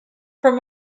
from